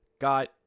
got